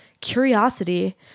curiosity